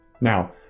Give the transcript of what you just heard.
Now